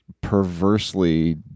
perversely